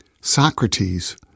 Socrates